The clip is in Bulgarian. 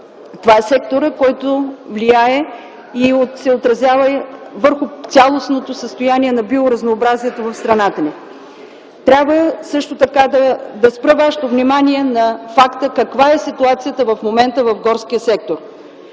Това е секторът, който влияе и се отразява върху цялостното състояние на биоразнообразието в страната ни. Също така трябва да спра вашето внимание на ситуацията в момента в горския сектор.